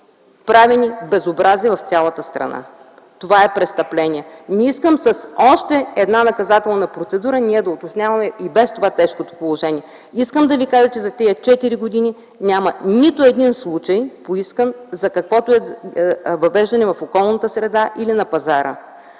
правени безобразия в цялата страна. Това е престъпление. Не искам с още една наказателна процедура ние да утежняваме и без това тежкото положение. Искам да ви кажа, че за тези четири години няма нито един поискан случай за каквото и да е въвеждане в околната среда или на пазара.